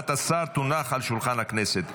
הודעת השר תונח על שולחן הכנסת.